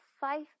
five